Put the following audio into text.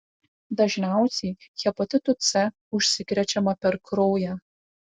dažniausiai hepatitu c užsikrečiama per kraują